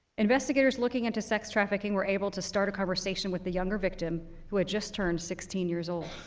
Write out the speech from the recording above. investigators looking in to sex trafficking were able to start a conversation with the younger victim who had just turned sixteen years old.